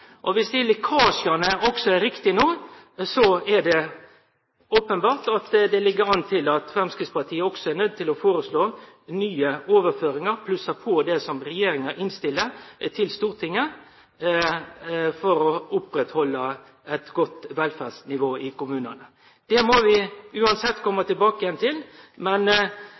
Og viss lekkasjane no er riktige, ligg det openbert an til at Framstegspartiet er nøydt til å føreslå nye overføringar, plusse på det som regjeringa legg fram for Stortinget, for å halde oppe eit godt velferdsnivå i kommunane. Det må vi uansett kome tilbake